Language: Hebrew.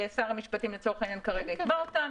ושר המשפטים יקבע אותם,